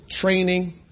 training